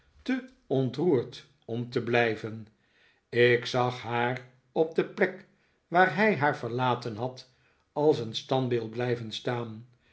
te ontroerd om te blijven ik zag haar op de plek waar hij haar verlaten had als een standbeeld blijven staan